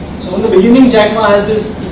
so the beginning jack ma has this